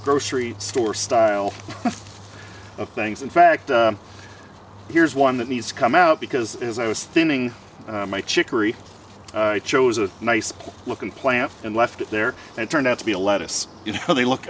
grocery store style of things in fact here's one that needs to come out because as i was thinning my chicory chose a nice looking plant and left it there and it turned out to be a lettuce you know they look